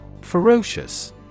Ferocious